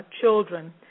children